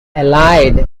allied